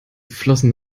flossen